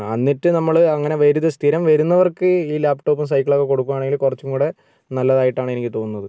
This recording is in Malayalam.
എന്നിട്ട് നമ്മൾ അങ്ങനെ വരുന്ന സ്ഥിരം വരുന്നവർക്ക് ഈ ലാപ്ടോപ്പും സൈക്കിളും ഒക്കെ കൊടുക്കുവാണെങ്കിൽ കുറച്ചും കൂടെ നല്ലതായിട്ടാണ് എനിക്ക് തോന്നുന്നത്